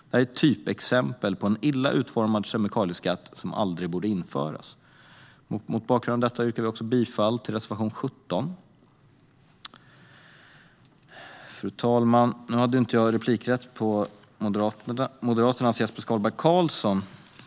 Det är ett typexempel på en illa utformad kemikalieskatt som aldrig borde införas. Mot bakgrund av detta yrkar jag bifall till reservation 17. Fru talman! Nu hade jag inte replikrätt på Moderaternas Jesper Skalberg Karlsson.